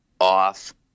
off